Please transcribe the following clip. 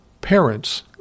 parents